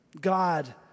God